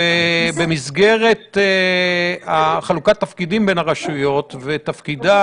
במסגרת חלוקת התפקידים בין הרשויות ותפקידה